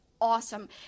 awesome